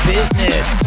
Business